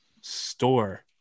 store